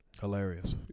Hilarious